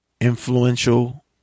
influential